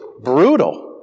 brutal